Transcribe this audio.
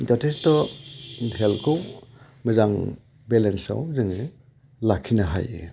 जथेस्थ' हेल्थखौ मोजां बेलेन्साव जोङो लाखिनो हायो